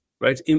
right